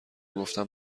گفتم